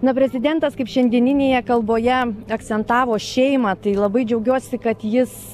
na prezidentas kaip šiandieninėje kalboje akcentavo šeimą tai labai džiaugiuosi kad jis